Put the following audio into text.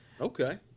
Okay